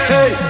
Hey